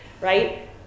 right